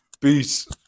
Peace